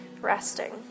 resting